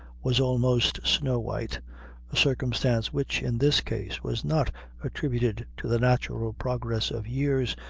was almost snow white a circumstance which, in this case, was not attributed to the natural progress of years,